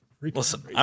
Listen